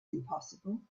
impossible